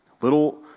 little